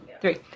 three